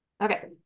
okay